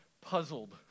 puzzled